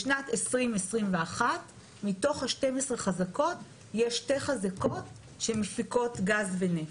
בשנת 2021 מתוך ה-12 חזקות יש שתי חזקות שהן מפיקות גז ונפט.